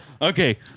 Okay